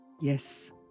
Yes